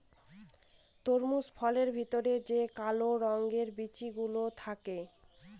তরমুজ ফলের ভেতরে যে কালো রঙের বিচি গুলো থাকে